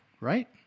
right